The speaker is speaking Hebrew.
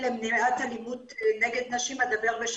אדבר גם